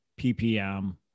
PPM